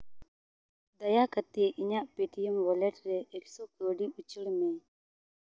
ᱫᱟᱭᱟ ᱠᱟᱛᱮᱫ ᱤᱧᱟᱹᱜ ᱯᱮᱴᱤᱭᱮᱢ ᱚᱣᱟᱞᱮᱹᱴ ᱨᱮ ᱮᱠᱥᱚ ᱠᱟᱹᱣᱰᱤ ᱩᱪᱟᱹᱲ ᱢᱮ